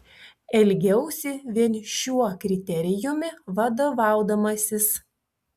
elgiausi vien šiuo kriterijumi vadovaudamasis